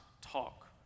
talk